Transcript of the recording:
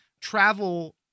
travel